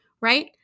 Right